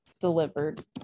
delivered